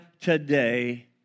today